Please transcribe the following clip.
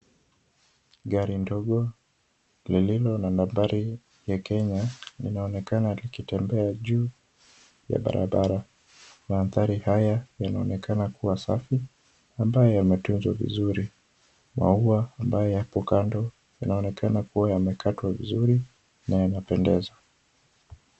Gari ndogo lililo na nambari ya Kenya linaonekana likitembea juu ya barabara. Mandhari haya yanaonekana kuwa safi, ambayo yametunzwa vizuri. Maua ambayo yapo kando yanaonekana kuwa yamekatwa vizuri na yanapendeza.